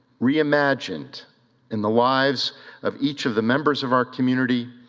re-imagined in the lives of each of the members of our community.